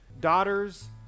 daughters